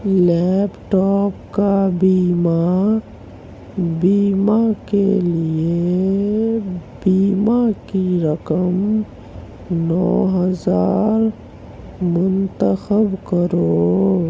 لیپ top کا بیمہ بیمہ کے لیے بیمہ کی رقم نو ہزار منتخب کرو